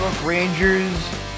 Rangers